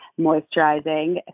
moisturizing